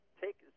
Take